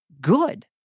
good